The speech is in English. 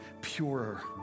purer